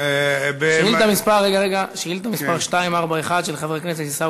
האם מעודדים יותר הסברה בנושא החיסונים והוויטמינים,